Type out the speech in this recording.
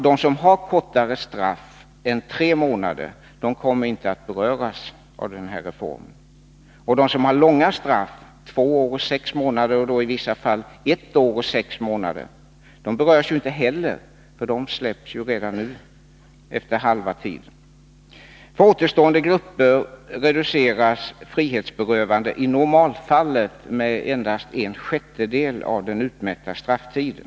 De som har kortare straff än tre månader kommer inte att beröras av reformen, och de som har långa straff — två år och sex månader och i vissa fall ett år och sex månader — berörs inte heller, för de släpps ju redan nu efter halva tiden. För återstående grupper reduceras frihetsberövandet i normalfallet med endast en sjättedel av den utmätta strafftiden.